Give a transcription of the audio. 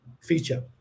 feature